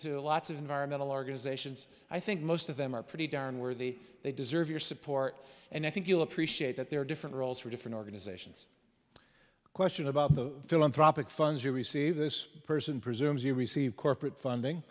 to lots of environmental organizations i think most of them are pretty darn worthy they deserve your support and i think you'll appreciate that there are different roles for different organizations question about the philanthropic funds you receive this person presumes you receive corporate